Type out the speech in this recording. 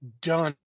done